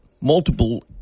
multiple